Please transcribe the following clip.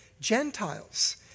Gentiles